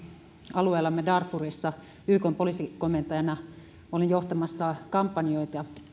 alueellamme darfurissa ykn poliisikomentajana ja olin johtamassa kampanjoita